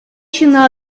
ҫынна